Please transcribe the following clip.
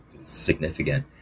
significant